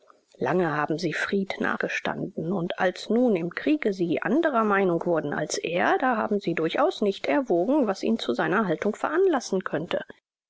lange haben sie fried nahegestanden und als nun im kriege sie anderer meinung wurden als er da haben sie durchaus nicht erwogen was ihn zu seiner haltung veranlassen könnte